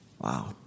Wow